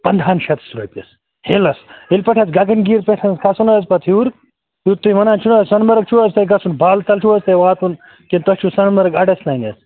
پنٛدہَن شٮ۪تَس رۄپیَس ہِلَس ییٚلہِ پَتہٕ حظ گَگَنگیٖر پٮ۪ٹھ حظ کھسو نہٕ حظ پَتہٕ ہیوٚر یوٚت تُہۍ وَنان چھُونہٕ حظ سۄنمَرٕگ چھُ حظ تۄہہِ گژھُن بالتَل چھُ حظ تۄہہِ واتُن کِنہٕ تۄہہِ چھُو سۄنمرٕگ اَڈَس تانٮ۪تھ